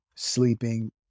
Sleeping